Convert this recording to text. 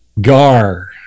gar